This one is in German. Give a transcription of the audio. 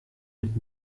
mit